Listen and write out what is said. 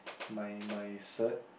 my my cert